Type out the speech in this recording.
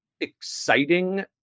exciting